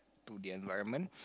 to the environment